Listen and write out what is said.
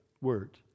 word